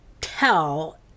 tell